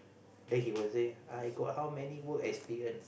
then he will say I got how many work experience